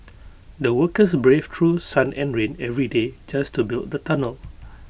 the workers braved through sun and rain every day just to build the tunnel